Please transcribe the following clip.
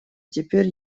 теперь